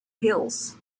hills